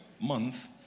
month